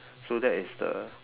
so that is the